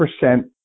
percent